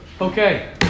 Okay